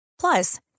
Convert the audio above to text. Plus